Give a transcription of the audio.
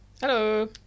Hello